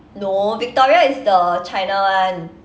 no victoria is the china one